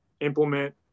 implement